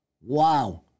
Wow